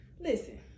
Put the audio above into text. listen